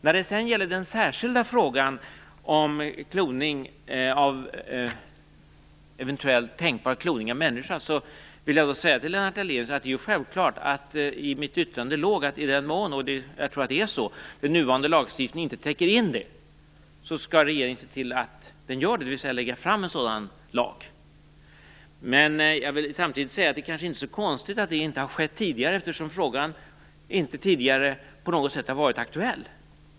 När det sedan gäller den särskilda frågan om eventuellt tänkbar kloning av människa vill jag säga till Lennart Daléus att det självfallet låg i mitt yttrande att i den mån den nuvarande lagstiftningen inte täcker in det - och jag tror inte att den gör det - skall regeringen se till att den gör det, dvs. lägga fram en sådan lag. Men jag vill samtidigt säga att det kanske inte är så konstigt om detta inte har skett tidigare, eftersom frågan inte tidigare på något sätt har varit aktuell.